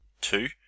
Two